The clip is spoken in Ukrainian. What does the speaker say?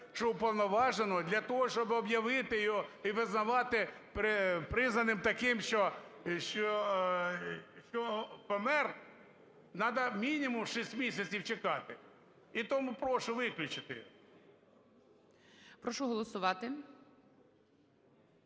що уповноваженого для того, щоб об'явити його і визнавати признаним таким, що помер, надо мінімум 6 місяців чекати. І тому прошу виключити. ГОЛОВУЮЧИЙ. Прошу голосувати.